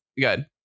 Good